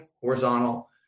horizontal